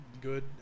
Good